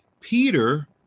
Peter